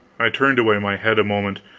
i turned away my head a moment,